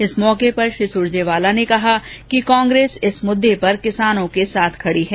इस मौके पर श्री सुरजेवाला ने कहा कि कांग्रेस इस मुद्दे पर किसानों के साथ खड़ी है